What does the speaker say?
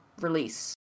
release